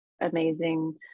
amazing